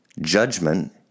Judgment